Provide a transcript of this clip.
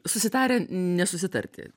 susitarę nesusitarti